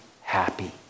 happy